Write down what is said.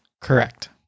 Correct